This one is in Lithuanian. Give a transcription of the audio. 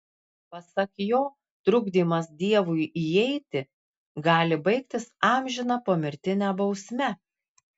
pasak jo trukdymas dievui įeiti gali baigtis amžina pomirtine bausme